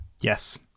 Yes